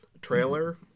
trailer